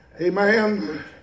Amen